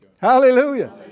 Hallelujah